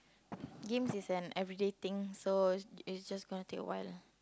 games is an everyday thing so it's just gonna take a while lah